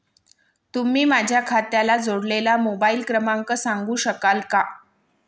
तुम्ही माझ्या खात्याला जोडलेला मोबाइल क्रमांक सांगू शकाल का?